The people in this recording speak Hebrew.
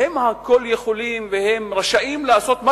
והם הכול-יכולים והם רשאים לעשות מה